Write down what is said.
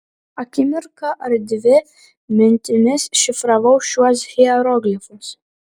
akimirką ar dvi mintimis šifravau šiuos hieroglifus